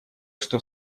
что